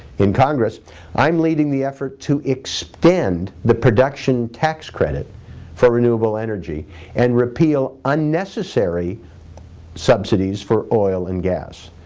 in congress i'm leading the effort to expend the production tax credit for renewable energy and repeal unnecessary subsidies for oil and gas.